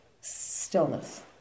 stillness